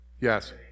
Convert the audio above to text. Yes